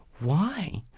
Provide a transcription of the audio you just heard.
why?